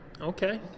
Okay